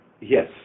yes